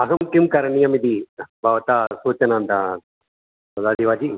अहं किं करणीयमिति भवता सूचनां दा ददाति वा जि